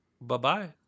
Bye-bye